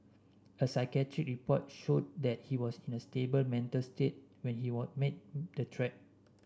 a psychiatric report showed that he was in a stable mental state when he were made the threat